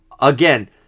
Again